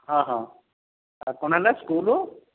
ହଁ ହଁ ଆଉ କ'ଣ ହେଲା ସ୍କୁଲ୍